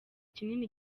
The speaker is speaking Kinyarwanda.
kinini